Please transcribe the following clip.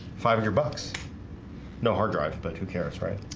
five of your bucks no hard drives, but who cares right?